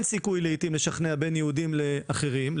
אין סיכוי לשכנע בין יהודים לאחרים,